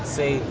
say